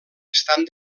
estan